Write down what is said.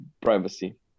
privacy